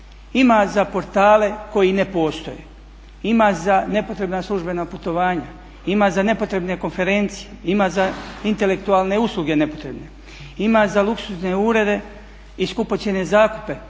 Ima za portale koji ne postoje, ima za nepotrebna službena putovanja, ima za nepotrebne konferencije, ima za intelektualne usluge nepotrebne, ima za luksuzne urede i skupocjene zakupe.